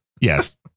Yes